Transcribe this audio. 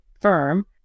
firm